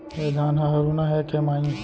ए धान ह हरूना हे के माई?